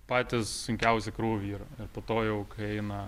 patys sunkiausi krūviai yra ir po to jau kai eina